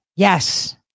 yes